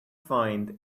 find